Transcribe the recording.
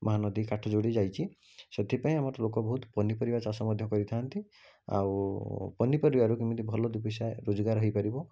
ମହାନଦୀ କାଠଯୋଡ଼ି ଯାଇଛି ସେଥିପାଇଁ ଆମର ଲୋକ ବହୁତ ପନିପରିବା ଚାଷ ମଧ୍ୟ କରିଥାନ୍ତି ଆଉ ପନିପରିବାରୁ କେମିତି ଭଲ ଦୁଇ ପଇସା ରୋଜଗାର ହୋଇପାରିବ